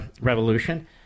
revolution